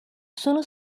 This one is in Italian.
sono